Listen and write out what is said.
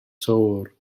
töwr